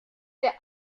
der